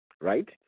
right